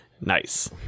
Nice